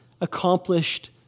accomplished